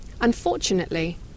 Unfortunately